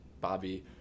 Bobby